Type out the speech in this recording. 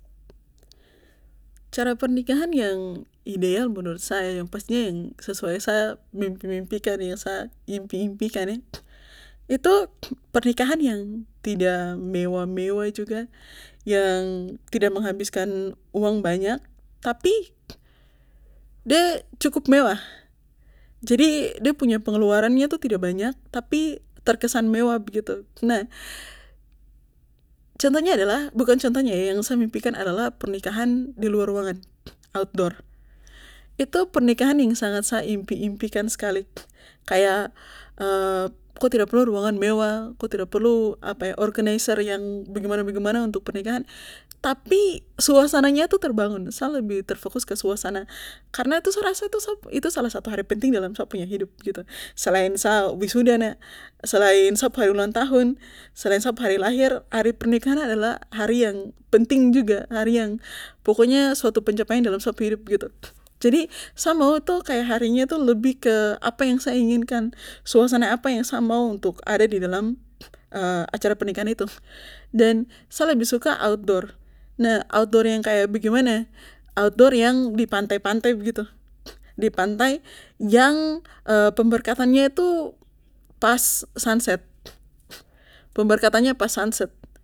cara penikahan yang ideal menurut saya yang pastinya yang sesuai yang sa impi impikan yang sa impi impikan itu pernikahn yang tidak mewah mewah juga yang tidak menghabiskan uang banyak tapi de cukup mewah jadi de punya pengeluaran itu tidak banyak tapi terkesan mewah begitu nah contohnya adalah bukan contohnya yah yang sa mimpikan adalah pernikahan di luar ruangan outdor itu pernikahan yang sangat sa impi impikan skali kaya ko tidak perlu ruangan mewah ko tidak perlu organizer yang bagaimana bagaimana untuk pernikahan tapi suasananya tuh terbangun sa lebih terfokus ke suasana karna sa rasa itu salah satu hari penting dalam sa punya hidup begitu selain sa wisuda selain sa pu hari ulang tahun selain sa pu hari lahir hari pernikahan adalah hari yang penting juga hari yang pokonya suatu pencapaian dalam sa pu hidup begitu jadi sa mau itu kaya harinya itu lebih ke apa yang sa inginkan suasana apa yang sa mau untuk ada di dalam acara pernikahan itu dan sa lebih suka outdo nah outdor yang kaya bagaimana outdor kaya di pantai pantai begitu di pantai yang pemberkatannya pas sunset pemberkatanya pas sunset